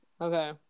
Okay